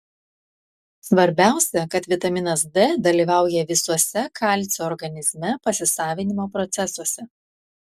svarbiausia kad vitaminas d dalyvauja visuose kalcio organizme pasisavinimo procesuose